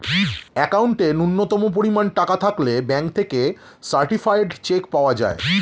অ্যাকাউন্টে ন্যূনতম পরিমাণ টাকা থাকলে ব্যাঙ্ক থেকে সার্টিফায়েড চেক পাওয়া যায়